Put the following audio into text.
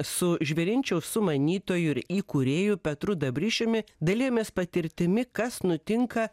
su žvėrinčiaus sumanytoju ir įkūrėju petru dabrišiumi dalijomės patirtimi kas nutinka